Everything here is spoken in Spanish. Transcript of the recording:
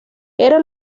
era